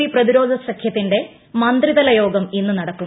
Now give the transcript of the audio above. V പ്രതിരോധ സഖൃത്തിന്റെ മന്ത്രിതല യോഗം ഇന്ന് നടക്കും